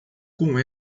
com